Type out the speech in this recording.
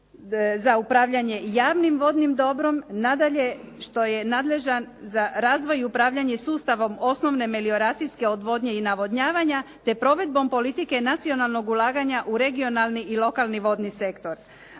za upravljanje javnim vodnim dobrom nadalje što je nadležan za razvoj i upravljanje sustavom osnovnom melioracijske odvodnje i navodnjavanja te provedbom politike nacionalnog ulaganja u regionalni i lokalni vodni sektor.